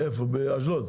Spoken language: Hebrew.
באשדוד.